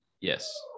Yes